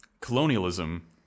colonialism